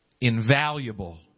invaluable